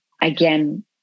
Again